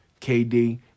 KD